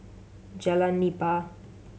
Jalan Nipah